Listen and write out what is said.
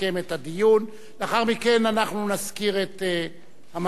לאחר מכן אנחנו נזכיר את המנוח עמוס דגני